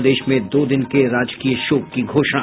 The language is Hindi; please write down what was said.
प्रदेश में दो दिन के राजकीय शोक की घोषणा